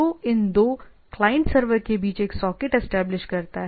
और जो इन दो क्लाइंट सर्वर के बीच एक सॉकेट एस्टेब्लिश करता है